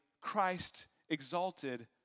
Christ-exalted